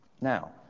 Now